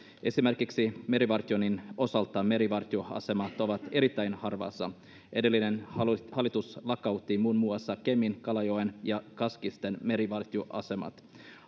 esimerkiksi merivartioinnin osalta merivartioasemat ovat erittäin harvassa edellinen hallitus hallitus lakkautti muun muassa kemin kalajoen ja kaskisten merivartioasemat